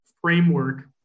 framework